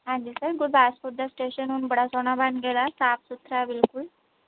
ਹਾਂਜੀ ਸਰ ਗੁਰਦਾਸਪੁਰ ਦਾ ਸਟੇਸ਼ਨ ਹੁਣ ਬੜਾ ਸੋਹਣਾ ਬਣ ਗਿਆ ਸਾਫ ਸੁਥਰਾ ਬਿਲਕੁਲ